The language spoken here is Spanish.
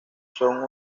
son